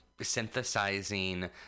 synthesizing